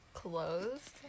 Clothes